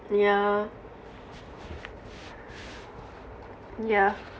yeah yeah